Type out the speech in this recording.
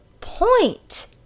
point